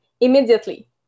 immediately